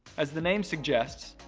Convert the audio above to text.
as the name suggests,